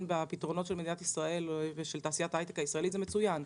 בפתרונות של מדינת ישראל ושל תעשיית ההייטק הישראלית זה מצוין,